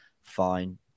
fine